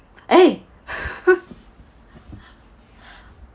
!hey!